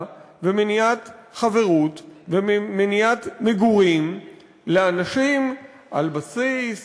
ומניעת חברות ומניעת מגורים מאנשים על בסיס